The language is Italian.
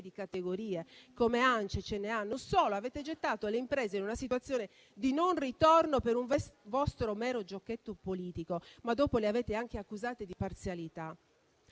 di categoria come ANCE e CNA. Non solo, ma avete gettato le imprese in una situazione di non ritorno per un vostro mero giochetto politico, ma dopo le avete anche accusate di parzialità.